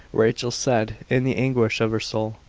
rachel said in the anguish of her soul,